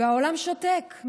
והעולם שותק.